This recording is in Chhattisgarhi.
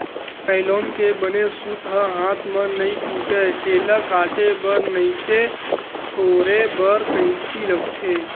नाइलोन के बने सूत ह हाथ म नइ टूटय, एला काटे बर नइते टोरे बर कइची लागथे